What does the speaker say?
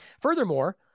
Furthermore